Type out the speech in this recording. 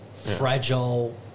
fragile